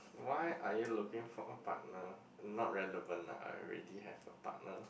why are you looking for a partner not relevant lah I already have a partner